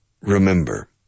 remember